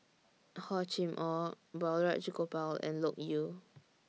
Hor Chim Or Balraj Gopal and Loke Yew